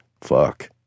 Fuck